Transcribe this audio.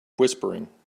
whispering